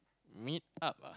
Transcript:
meet up ah